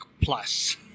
plus